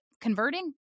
converting